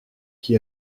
qui